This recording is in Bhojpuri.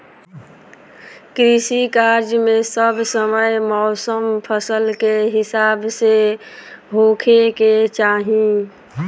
कृषि कार्य मे सब समय मौसम फसल के हिसाब से होखे के चाही